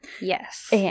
Yes